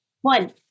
One